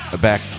back